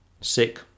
sick